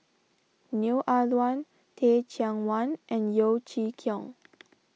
Neo Ah Luan Teh Cheang Wan and Yeo Chee Kiong